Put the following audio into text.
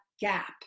gap